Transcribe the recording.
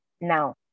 now